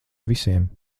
visiem